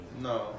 No